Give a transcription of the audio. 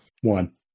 One